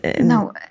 No